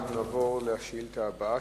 אנחנו נעבור לשאילתא הבא,